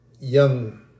young